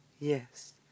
yes